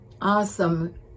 awesome